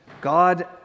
God